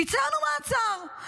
ביצענו מעצר,